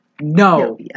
no